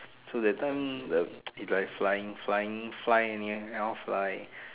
so that time the it's like flying flying flying in the end cannot fly